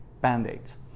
band-aids